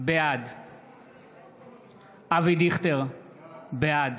בעד אבי דיכטר, בעד